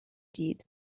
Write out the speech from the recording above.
did